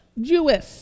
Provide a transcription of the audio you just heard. Jewish